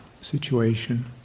situation